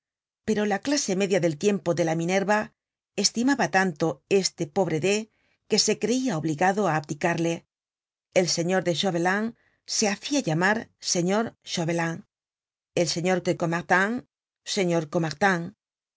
pero la clase media del tiempo de la minerva estimaba tanto este pobre de que se creia obligado á abdicarle el señor de chauvelin se hacia llamar señor chauvelin el señor de caumartin señor